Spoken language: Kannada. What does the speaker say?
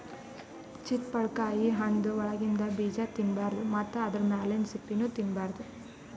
ಚಿತ್ತಪಳಕಾಯಿ ಹಣ್ಣ್ ಒಳಗಿಂದ ಬೀಜಾ ತಿನ್ನಬಾರ್ದು ಮತ್ತ್ ಆದ್ರ ಮ್ಯಾಲಿಂದ್ ಸಿಪ್ಪಿನೂ ತಿನ್ನಬಾರ್ದು